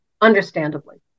understandably